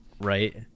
Right